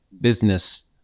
business